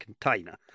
container